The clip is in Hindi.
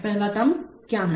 पहला टर्म क्या है